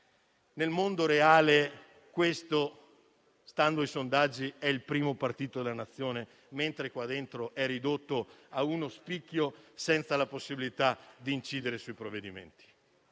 nel mondo reale, questo stando ai sondaggi è il primo partito della Nazione, mentre qui dentro è ridotto ad uno spicchio senza la possibilità di incidere sui provvedimenti.